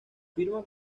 firma